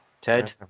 Ted